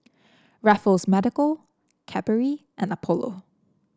Raffles Medical Cadbury and Apollo